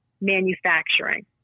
manufacturing